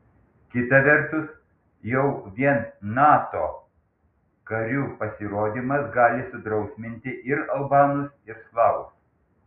kita vertus jau vien nato karių pasirodymas gali sudrausminti ir albanus ir slavus